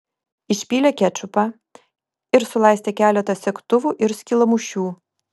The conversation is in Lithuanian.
išpylė kečupą ir sulaistė keletą segtuvų ir skylmušių